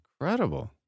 incredible